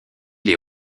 les